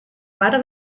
vara